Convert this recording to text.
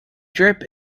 drip